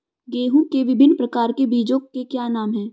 गेहूँ के विभिन्न प्रकार के बीजों के क्या नाम हैं?